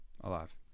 Alive